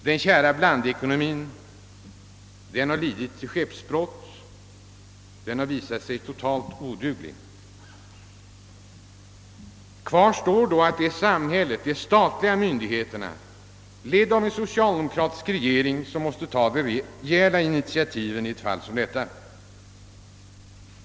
Den kära blandekonomien har lidit skeppsbrott. Den har visat sig totalt oduglig. Kvar står att det är samhället, de statliga myndigheterna, ledda av en socialdemokratisk regering, som måste ta de begärda initiativen i ett fall som detta.